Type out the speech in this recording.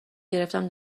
گرفتم